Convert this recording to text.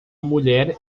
mulher